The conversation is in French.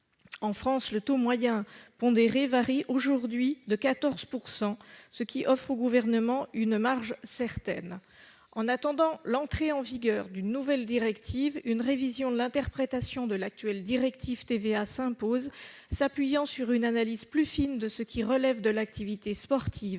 En France, le taux moyen pondéré varie aujourd'hui autour de 14 %, ce qui offre au Gouvernement une marge certaine. En attendant l'entrée en vigueur de la nouvelle directive, une révision de l'interprétation de l'actuelle directive sur la TVA s'impose, s'appuyant sur une analyse plus fine de ce qui relève de l'activité sportive,